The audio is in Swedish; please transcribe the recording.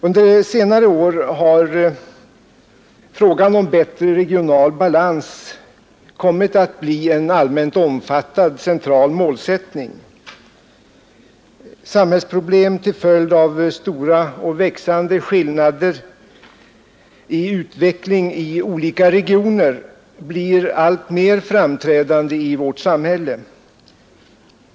Under senare år har bättre regional balans kommit att bli en allmänt omfattad central målsättning. Samhällsproblem till följd av stora och växande skillnader i utveckling i olika regioner blir alltmer framträdande.